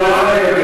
ההשוואה,